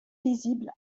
visible